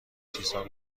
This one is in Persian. چیزها